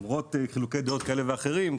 למרות חילוקי דעות כאלה ואחרים,